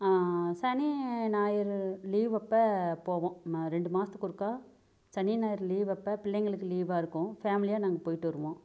சனி ஞாயிறு லீவ் அப்போ போவோம் ம ரெண்டு மாதத்துக்கு ஒருக்கா சனி ஞாயிறு லீவ் அப்போ பிள்ளைங்களுக்கு லீவாக இருக்கும் ஃபேம்லியாக நாங்கள் போய்ட்டு வருவோம்